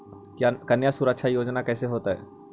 कन्या सुरक्षा योजना कैसे होतै?